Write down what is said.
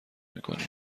میکنیم